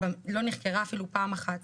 לא נחקרה אפילו פעם אחת.